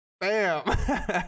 Bam